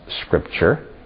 scripture